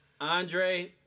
Andre